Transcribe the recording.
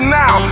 now